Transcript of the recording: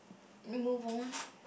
move on